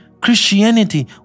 Christianity